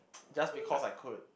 just because I could